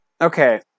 Okay